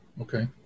Okay